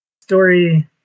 Story